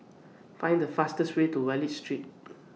Find The fastest Way to Wallich Street